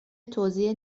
توزیع